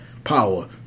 power